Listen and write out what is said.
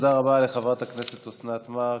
תודה רבה לחברת הכנסת אוסנת מארק.